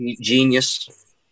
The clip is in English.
Genius